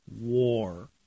war